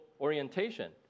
Orientation